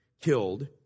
killed